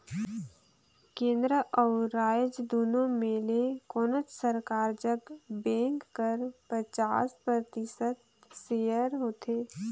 केन्द्र अउ राएज दुनो में ले कोनोच सरकार जग बेंक कर पचास परतिसत सेयर होथे